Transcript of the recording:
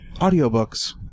Audiobooks